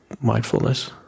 mindfulness